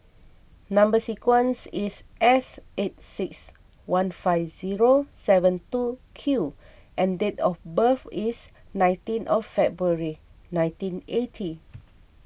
Number Sequence is S eight six one five zero seven two Q and date of birth is nineteen of February nineteen eighty